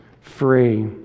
free